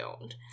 owned